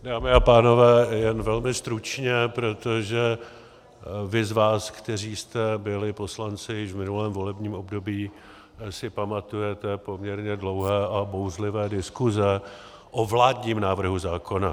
Dámy a pánové, jen velmi stručně, protože vy z vás, kteří jste byli poslanci již v minulém volebním období, si pamatujete poměrně dlouhé a bouřlivé diskuze o vládním návrhu zákona.